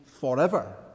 forever